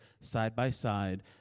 side-by-side